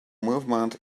movement